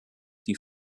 die